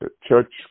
church